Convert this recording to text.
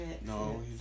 No